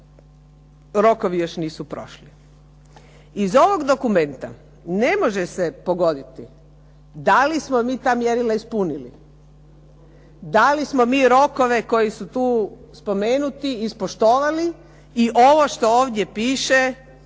rokovi još nisu prošli. Iz ovog dokumenta ne može se pogoditi da li smo mi ta mjerila ispunili? Da li smo mi ta mjerila ispunili? Da li smo mi rokove koji su tu spomenuti ispoštovali i ovo što ovdje piše